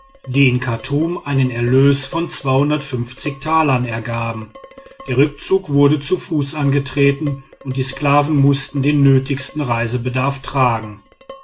in chartum einen erlös von talern ergaben der rückzug wurde zu fuß angetreten und die sklaven mußten den nötigsten reisebedarf tragen